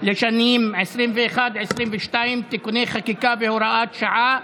לשנים 2021 ו-2022) (תיקוני חקיקה והוראת שעה),